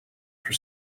for